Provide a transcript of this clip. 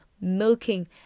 milking